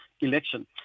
election